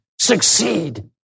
succeed